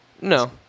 No